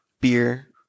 beer